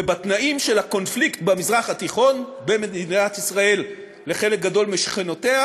ובתנאים של הקונפליקט במזרח התיכון בין מדינת ישראל לחלק גדול משכנותיה,